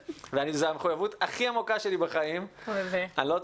זו המחויבות הכי עמוקה שלי בחיים, אני לא צוחק.